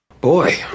boy